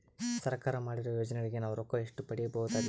ಸರ್ಕಾರ ಮಾಡಿರೋ ಯೋಜನೆಗಳಿಗೆ ನಾವು ರೊಕ್ಕ ಎಷ್ಟು ಪಡೀಬಹುದುರಿ?